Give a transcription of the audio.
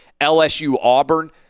LSU-Auburn